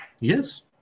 Yes